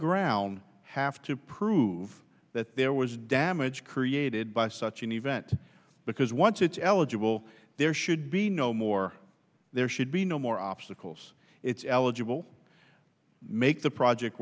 ground have to prove that there was damage created by such an event because once it's eligible there should be no more there should be no more obstacles it's eligible make the project